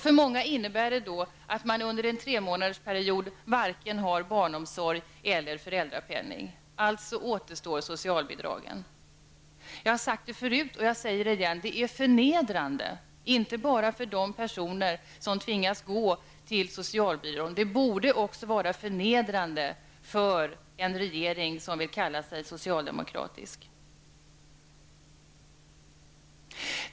För många innebär det att man under en tremånadersperiod varken har barnomsorg eller föräldrapenning. Alltså återstår socialbidragen. Jag har sagt det förut, och jag säger det igen: Det är förnedrande, inte bara för de personer som tvingas gå till socialbyrån. Det borde också vara förnedrande för en regering som vill kalla sig socialdemokratisk.